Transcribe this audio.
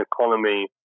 economy